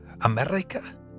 America